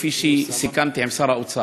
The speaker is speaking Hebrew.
כפי שסיכמתי עם שר האוצר,